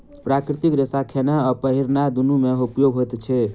प्राकृतिक रेशा खेनाय आ पहिरनाय दुनू मे उपयोग होइत अछि